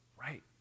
right